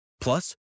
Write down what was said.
plus